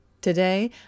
Today